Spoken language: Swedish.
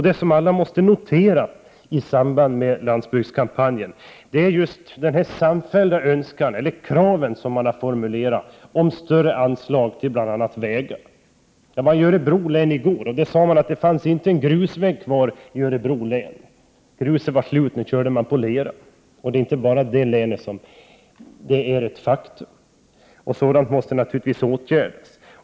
Det som alla måste notera i samband med landsbygdskampanjen är de samfällda krav som formulerats om större anslag till bl.a. vägar. Jag var i Örebro län i går. Där sade man att det inte fanns en grusväg kvar i Örebro län. Gruset var slut, och nu körde man på lervägar. Det är inte bara i detta län som det är ett faktum. Sådant måste naturligtvis åtgärdas.